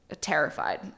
terrified